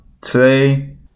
Today